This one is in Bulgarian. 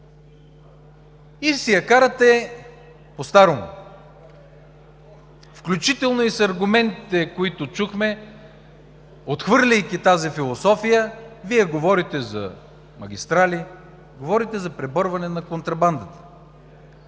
и си я карате постарому, включително и с аргументите, които чухме. Отхвърляйки тази философия, Вие говорите за магистрали, говорите за преборване на контрабандата